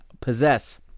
possess